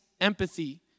empathy